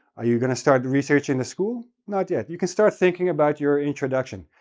are you going to start researching the school? not yet, you can start thinking about your introduction.